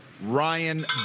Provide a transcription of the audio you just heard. Ryan